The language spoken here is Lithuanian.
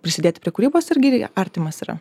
prisidėti prie kūrybos irgi artimas yra